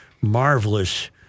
marvelous